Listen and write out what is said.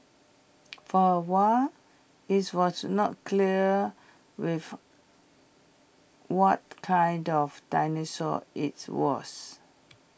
for A while IT was not clear with what kind of dinosaur IT was